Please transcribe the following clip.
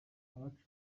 abacu